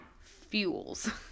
fuels